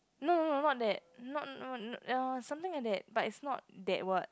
no no no not that no no uh something like that but is not that word